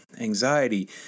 anxiety